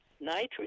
nitrogen